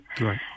Right